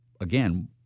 again